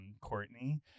Courtney